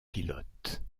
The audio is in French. pilotes